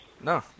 No